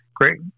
Great